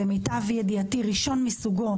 למיטב ידיעתי ראשון מסוגו,